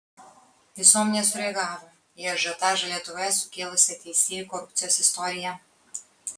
visuomenė sureagavo į ažiotažą lietuvoje sukėlusią teisėjų korupcijos istoriją